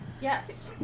yes